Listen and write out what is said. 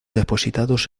depositados